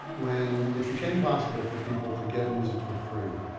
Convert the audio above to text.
when it became possible for people to get music for free,